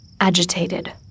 agitated